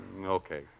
okay